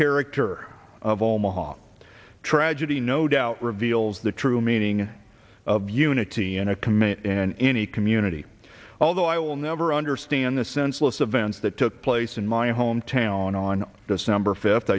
character of omaha tragedy no doubt reveals the true meaning of unity in a command and any community although i will never understand the senseless events that took place in my hometown on december fifth